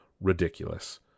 ridiculous